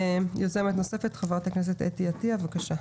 ויוזמת נוספת, חה"כ אתי עטייה, בבקשה.